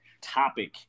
topic